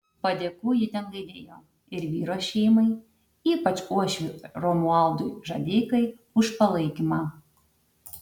padėkų ji negailėjo ir vyro šeimai ypač uošviui romualdui žadeikai už palaikymą